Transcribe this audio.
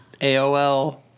AOL